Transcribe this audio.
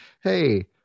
hey